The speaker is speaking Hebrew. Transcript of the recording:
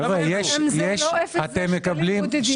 אם זה לא אפס זה שקלים בודדים.